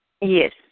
Yes